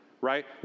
right